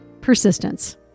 persistence